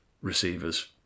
Receivers